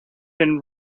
been